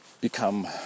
become